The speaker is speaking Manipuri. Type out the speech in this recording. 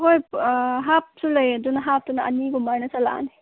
ꯍꯣꯏ ꯍꯥꯞꯁꯨ ꯂꯩ ꯑꯗꯨꯅ ꯍꯥꯞꯇꯨꯅ ꯑꯅꯤꯒꯨꯝꯕ ꯑꯣꯏꯅ ꯆꯜꯂꯛꯂꯅꯤ